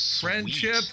Friendship